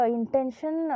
intention